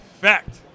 Fact